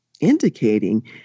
indicating